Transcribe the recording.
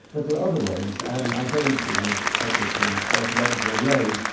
but there are other ways, and i'm very interested in a project called the square kilometre array,